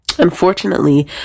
Unfortunately